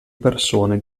persone